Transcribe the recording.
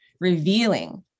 revealing